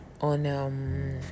on